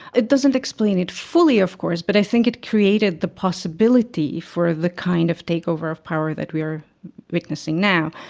it doesn't explain it fully of course but i think it created the possibility for the kind of takeover of power that we are witnessing now.